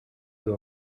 you